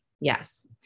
Yes